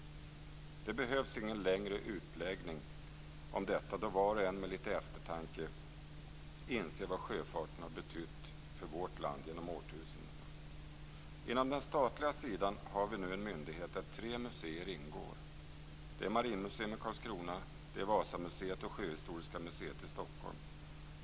Det behövs ingen längre utläggning om detta, då var och en med litet eftertanke inser vad sjöfarten har betytt för vårt land genom årtusendena. På den statliga sidan har vi nu en myndighet där tre museer ingår: Marinmuseum i Karlskrona, Vasamuseet och Sjöhistoriska museet i Stockholm.